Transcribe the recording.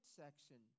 section